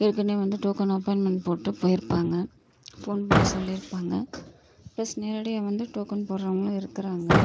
ஏற்கனவே வந்து token appointment போட்டு போயிருப்பாங்க ஃபோன் பண்ணி சொல்லியிருப்பாங்க பிளஸ் நேரடியாக வந்து டோக்கன் போடுறவங்களும் இருக்கிறாங்க